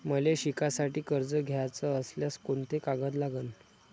मले शिकासाठी कर्ज घ्याचं असल्यास कोंते कागद लागन?